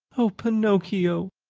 oh, pinocchio,